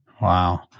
Wow